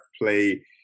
play